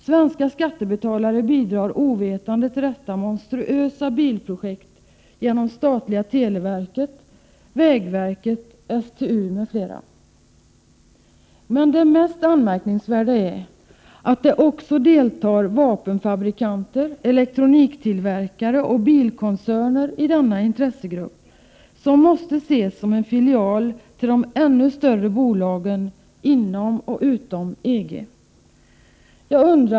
Svenska skattebetalare bidrar ovetande till detta monstruösa bilprojekt genom statliga Televerket, Vägverket, STU m.fl. Men det mest anmärkningsvärda är att också vapenfabrikanter, elektroniktillverkare och bilkoncerner deltar i denna intressegrupp, som måste ses som en filial till de ännu större bolagen inom och utom EG.